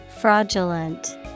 Fraudulent